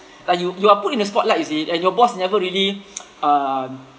like you you are put in the spotlight you see and your boss never really um